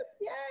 yes